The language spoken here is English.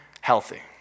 healthy